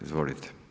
Izvolite.